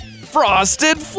frosted